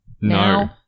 No